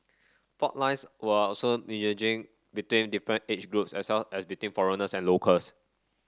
fault lines were also between different age groups as well as between foreigners and locals